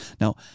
Now